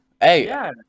Hey